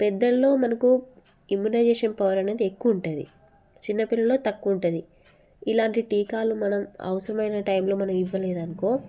పెద్దలలో మనకు immunization power అనేది ఎక్కువ ఉంటుంది చిన్నపిల్లలలో తక్కువ ఉంటుంది ఇలాంటి టీకాలు మనం అవసరమైన టైంలో మనం ఇవ్వలేదు అనుకో